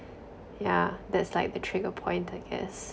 yeah that's like the trigger point I guess